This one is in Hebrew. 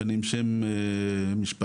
משנים שם משפחה,